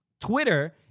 Twitter